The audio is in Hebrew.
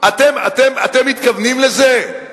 אתם מתכוונים לזה?